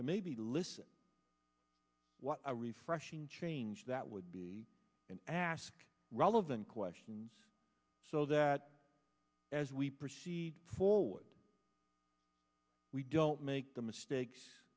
to maybe listen what a refreshing change that would be and ask relevant questions so that as we proceed forward we don't make the mistakes